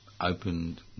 opened